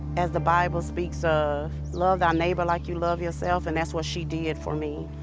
as the bible speaks of love thy neighbor like you love yourself, and that's what she did for me.